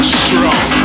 strong